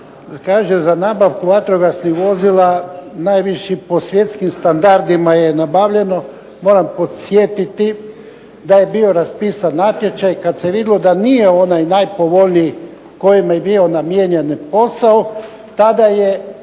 za nabavku vatrogasnih vozila najviši po svjetskim standardima je nabavljeno. Moram podsjetiti da je bio raspisan natječaj kad se vidjelo da nije onaj najpovoljniji kojemu je bio namijenjen posao, tada je